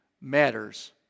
matters